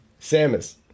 Samus